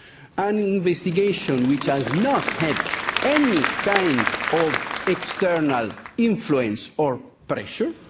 an investigation which has not had any kind of external influence or pressure.